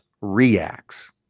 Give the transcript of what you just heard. reacts